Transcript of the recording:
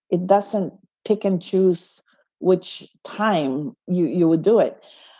it doesn't pick and choose which time you you would do it.